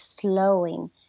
slowing